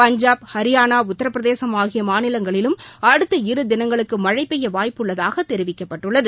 பஞ்சாப் ஹரியானா உத்திரபிரதேசம் ஆகிய மாநிலங்களிலும் அடுத்த இரு தினங்களுக்கு மழை பெய்ய வாய்ப்புள்ளதாக தெரிவிக்கப்பட்டுள்ளது